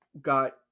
got